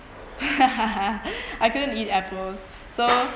I couldn't eat apples so